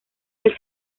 del